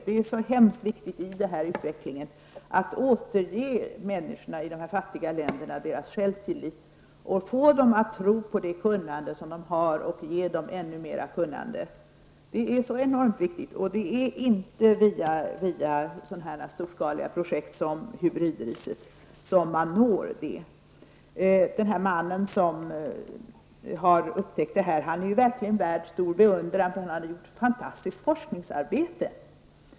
Det är hemskt viktigt att i utvecklingsarbetet återge människorna i de fattiga länderna deras självtillit, att få dem att tro på det kunnande som de har och att ge dem ännu mer kunnande. Det är enormt viktigt. Det är inte genom sådana storskaliga projekt som hybridriset som man når det målet. Den här mannen som har upptäckt detta ris är verkligen värd stor beundran. Han har gjort ett fantastiskt forskningsarbete.